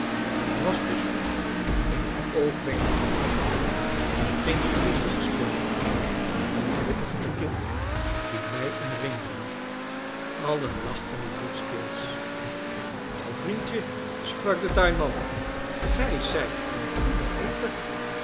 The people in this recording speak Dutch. was de soep in een oogwenk verdwenen geen glimlach speelde er meer om de lippen van de kinderen die mij omringden allen lachten luidkeels wel vriendje sprak de tuinman gij zijt een goede eter